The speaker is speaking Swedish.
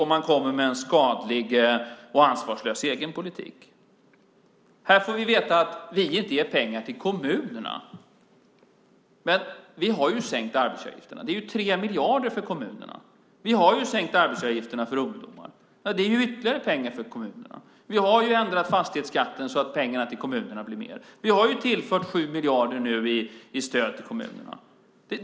Och man kommer med en skadlig och ansvarslös egen politik. Här får vi veta att vi inte ger pengar till kommunerna. Men vi har sänkt arbetsgivaravgifterna. Det är 3 miljarder för kommunerna. Vi har sänkt arbetsgivaravgifterna för ungdomar. Det är ytterligare pengar för kommunerna. Vi har ändrat fastighetsskatten så att det blir mer pengar till kommunerna. Vi har nu tillfört 7 miljarder i stöd till kommunerna.